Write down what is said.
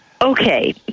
Okay